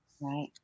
Right